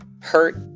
hurt